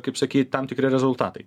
kaip sakyt tam tikri rezultatai